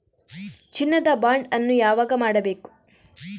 ಚಿನ್ನ ದ ಬಾಂಡ್ ಅನ್ನು ಯಾವಾಗ ಮಾಡಬೇಕು?